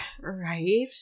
Right